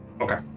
okay